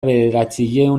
bederatziehun